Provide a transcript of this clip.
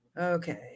Okay